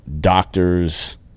doctors